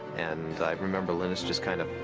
and i remember linus just kind of,